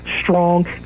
strong